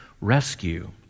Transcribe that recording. rescue